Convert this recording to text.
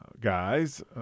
Guys